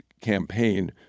campaign